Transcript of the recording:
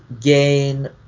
gain